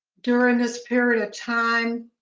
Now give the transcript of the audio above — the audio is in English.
during this period of time